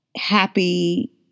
happy